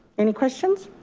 any questions?